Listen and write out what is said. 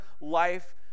life